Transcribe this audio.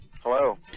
Hello